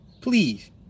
please